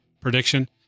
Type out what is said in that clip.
prediction